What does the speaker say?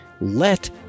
let